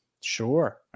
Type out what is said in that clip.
Sure